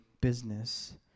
business